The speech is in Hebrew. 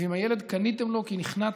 ואם קניתם לילד, כי נכנעתם,